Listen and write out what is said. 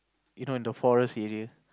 you know in the forest area